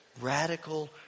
radical